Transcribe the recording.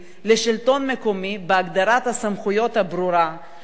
לשלטון מקומי בהגדרת הסמכויות הברורה,